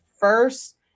first